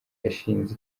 yashinze